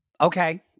Okay